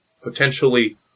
potentially